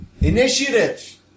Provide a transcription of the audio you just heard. Initiative